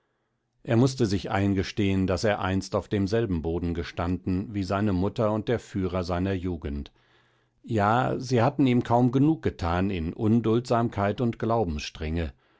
er mußte sich eingestehen daß er einst auf demselben boden gestanden wie seine mutter und der führer seiner jugend ja sie hatten ihm kaum genug gethan in unduldsamkeit und